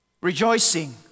Rejoicing